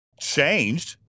changed